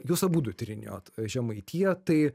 jūs abudu tyrinėjot žemaitiją tai